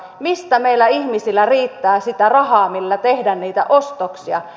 mistä meillä ihmisillä riittää sitä rahaa millä tehdä niitä ostoksia